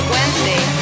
Wednesday